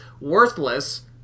Worthless